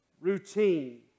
routine